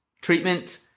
Treatment